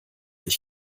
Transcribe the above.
ich